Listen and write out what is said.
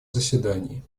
заседании